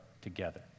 together